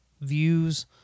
views